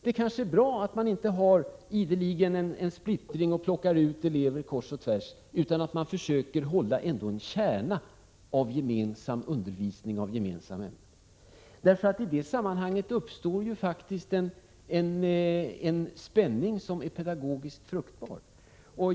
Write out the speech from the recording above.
Det kanske är bra att man inte ideligen splittrar upp klassen och plockar ut eleverna kors och tvärs, utan försöker ha en kärna av gemensam undervisning i vissa ämnen. I det sammanhanget uppstår faktiskt en spänning som är pedagogiskt fruktbar.